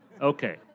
Okay